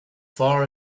far